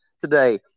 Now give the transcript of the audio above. today